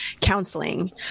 counseling